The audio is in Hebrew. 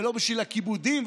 ולא בשביל הכיבודים,